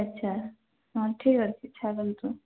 ଆଚ୍ଛା ହଁ ଠିକ୍ ଅଛି ଛାଡ଼ନ୍ତୁ